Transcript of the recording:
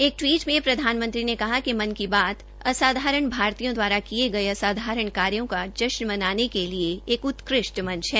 एक टिवीट में प्रधानमंत्री ने कहा कि मन की बात असाधारण भारतीयो दवारा किए गए असाधारण कार्यो का जश्न मनाने के लिए एक उत्कृष्ट मंच है